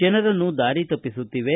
ಜನರನ್ನು ದಾರಿ ತಪ್ಪಿಸುತ್ತಿವೆ